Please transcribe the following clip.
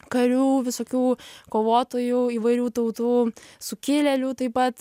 karių visokių kovotojų įvairių tautų sukilėlių taip pat